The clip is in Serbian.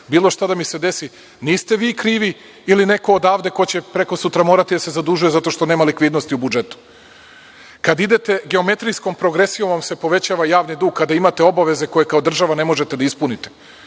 bilo šta da mi se desi, niste vi krivi ili neko odavde ko će prekosutra morati da se zadužuje zato što nema likvidnosti u budžetu. Kad idete geometrijskom progresijom vam se povećava javni dug, kada imate obaveze koje kao država ne možete da ispunite.